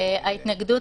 ההתנגדות